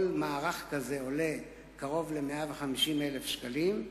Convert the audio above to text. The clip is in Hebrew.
כל מערך כזה עולה קרוב ל-150,000 שקלים.